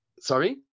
Sorry